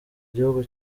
gihugu